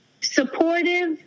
supportive